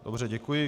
Dobře, děkuji.